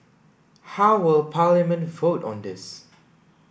how will Parliament vote on this